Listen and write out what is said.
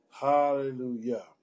Hallelujah